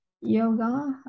yoga